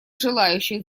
желающих